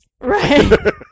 Right